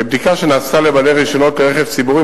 בבדיקה שנעשתה לבעלי רשיונות לרכב ציבורי